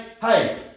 hey